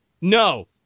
no